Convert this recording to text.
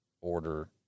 order